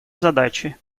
задачи